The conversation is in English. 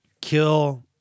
kill